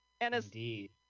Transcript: indeed